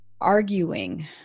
arguing